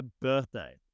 birthday